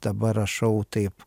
dabar rašau taip